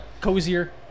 Cozier